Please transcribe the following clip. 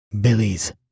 Billy's